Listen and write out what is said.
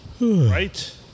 Right